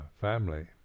family